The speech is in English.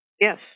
Yes